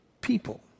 people